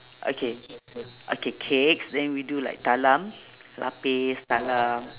okay okay cakes then we do like talam lapis talam